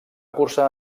cursar